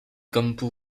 campo